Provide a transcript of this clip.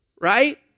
right